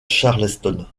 charleston